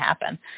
happen